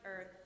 earth